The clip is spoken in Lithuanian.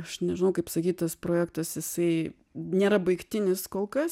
aš nežinau kaip sakyt tas projektas jisai nėra baigtinis kol kas